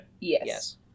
Yes